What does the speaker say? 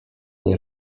nie